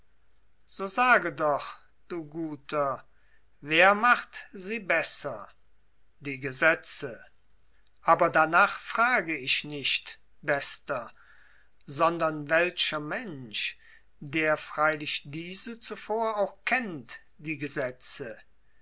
so sage doch du guter wer macht sie besser die gesetze aber danach frage ich nicht bester sondern welcher mensch der freilich diese zuvor auch kennt die gesetze